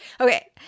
Okay